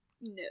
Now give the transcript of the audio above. No